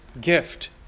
gift